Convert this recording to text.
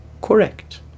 correct